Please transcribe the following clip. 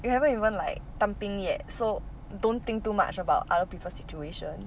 you haven't even like 当兵 yet so don't think too much about other people situation